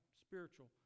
spiritual